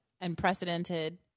unprecedented